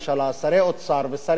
שרי אוצר ושרי פנים,